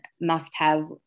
must-have